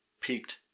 peaked